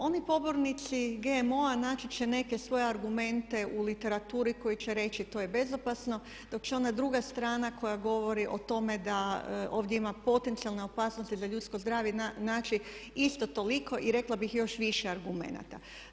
Oni pobornici GMO-a naći će neke svoje argumente u literaturi koji će reći to je bezopasno dok će ona druga strana koja govori o tome da ovdje ima potencijalne opasnosti za ljudsko zdravlje znači isto toliko i rekla bih još više argumenata.